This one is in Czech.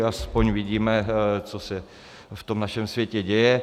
Aspoň vidíme, co se v tom našem světě děje.